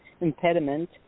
impediment